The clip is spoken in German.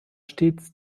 stets